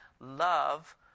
love